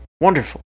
wonderful